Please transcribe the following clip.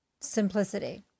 Simplicity